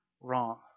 wrong